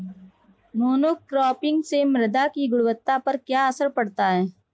Monocropping से मृदा की गुणवत्ता पर क्या असर पड़ता है?